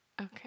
Okay